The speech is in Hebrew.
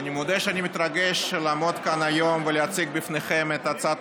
אני מודה שאני מתרגש לעמוד כאן היום ולהציג בפניכם את הצעת